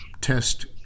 test